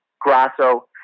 Grasso